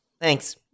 Thanks